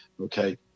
Okay